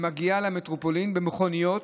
שמגיעה למטרופולין במכוניות